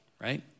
right